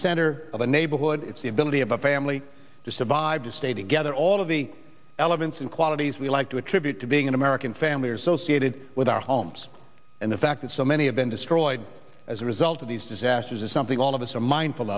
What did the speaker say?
center of a neighborhood it's the ability of a family to survive to stay together all of the elements and qualities we like to attribute to being an american family association with our homes and the fact that so many have been destroyed as a result of these disasters is something all of us are mindful